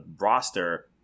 roster